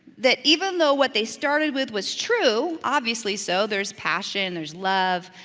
that even though what they started with was true, obviously so, there's passion, there's love,